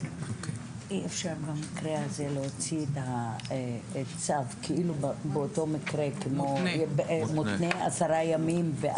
אפשר במקרה הזה להוציא צו, מותנה עשרה ימים?